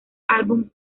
álbum